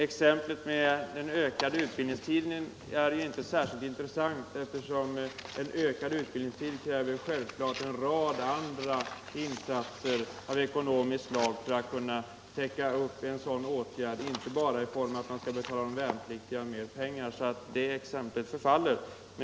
Exemplet med den ökade utbildningstiden är inte särskilt intressant, eftersom det självklart kräver en rad andra insatser av ekonomisk art för att man skall kunna genomföra en sådan åtgärd. Det gäller ju inte bara att betala mer pengar till de värnpliktiga. Detta exempel förfaller.